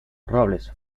robles